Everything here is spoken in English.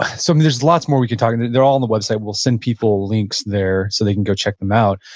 so there's lots more we can talk about and they're all on the website. we'll send people links there so they can go check them out.